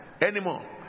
anymore